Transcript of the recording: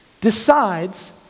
decides